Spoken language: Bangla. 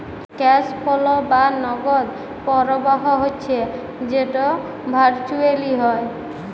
ক্যাশ ফোলো বা নগদ পরবাহ হচ্যে যেট ভারচুয়েলি হ্যয়